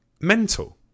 mental